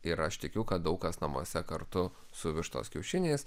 ir aš tikiu kad daug kas namuose kartu su vištos kiaušiniais